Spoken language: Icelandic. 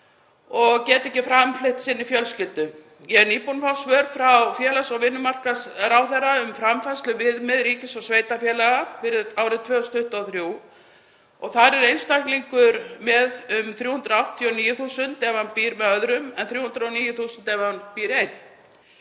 og geti ekki framfleytt fjölskyldu sinni. Ég er nýbúin að fá svör frá félags- og vinnumarkaðsráðherra um framfærsluviðmið ríkis og sveitarfélaga fyrir árið 2023. Þar er einstaklingur með um 309.000 kr. ef hann býr með öðrum, en 389.000 kr. ef hann býr einn.